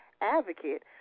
advocate